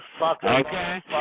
Okay